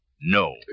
No